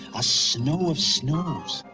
a snow of snows!